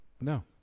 No